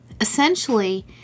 essentially